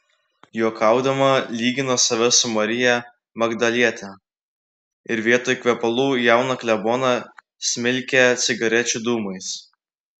juokaudama lygino save su marija magdaliete ir vietoj kvepalų jauną kleboną smilkė cigarečių dūmais